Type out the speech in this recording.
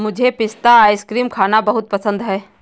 मुझे पिस्ता आइसक्रीम खाना बहुत पसंद है